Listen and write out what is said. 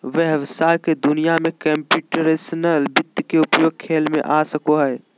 व्हवसाय के दुनिया में कंप्यूटेशनल वित्त के उपयोग खेल में आ सको हइ